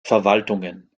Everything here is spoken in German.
verwaltungen